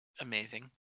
Amazing